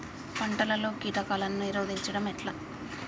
పంటలలో కీటకాలను నిరోధించడం ఎట్లా?